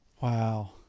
Wow